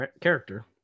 character